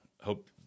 hope